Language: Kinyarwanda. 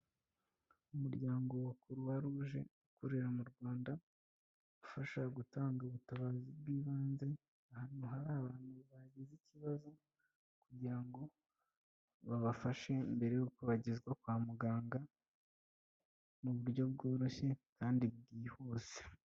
Umuryango wa Kuruwa ruje ukorera mu Rwanda, ufasha gutanga ubutabazi bw'ibanze, ahantu hari bagize ikibazo kugira ngo babafashe mbere y'uko bagezwa kwa muganga mu buryo bworoshye kandi bwihuse.